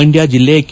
ಮಂಡ್ನ ಜಲ್ಲೆ ಕೆ